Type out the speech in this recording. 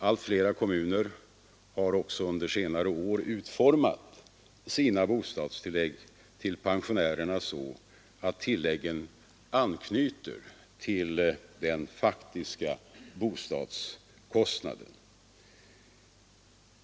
Allt fler kommuner har också under senare år utformat sina bostadstillägg till Nr 48 pensionärerna så att tilläggen anknyter till den faktiska bostads Tisdagen den kostnaden.